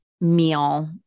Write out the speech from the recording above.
meal